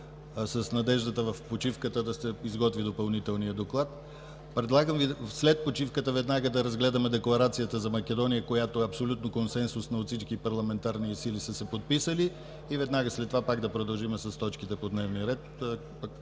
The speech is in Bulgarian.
с надеждата в почивката да се изготви допълнителният доклад. Предлагам Ви след почивката веднага да разгледаме декларацията за Македония, която е абсолютно консенсусна – всички парламентарни сили са се подписали, и веднага след това да продължим с точките по дневния ред.